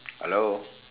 hello